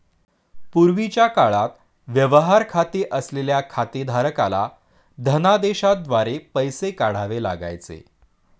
पूर्वीच्या काळात व्यवहार खाते असलेल्या खातेधारकाला धनदेशाद्वारे पैसे काढावे लागायचे